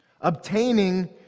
Obtaining